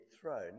thrown